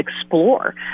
explore